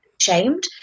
shamed